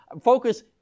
Focus